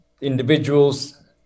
individuals